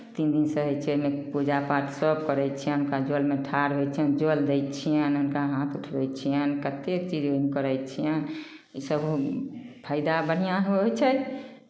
तीन दिन सहै छियै एहिमे पूजा पाठ सभ करै छियनि हुनका जलमे ठाढ़ होइ छियनि जल दै छियनि हुनका हाथ उठबै छियनि कतेक चीज ओहिमे करै छियनि इसभ फाइदा बढ़िआँ होइ छै